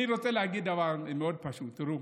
אני רוצה להגיד דבר מאוד פשוט: תראו,